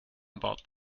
about